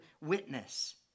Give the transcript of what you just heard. witness